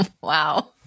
Wow